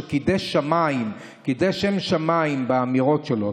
שקידש שם שמיים באמירות שלו.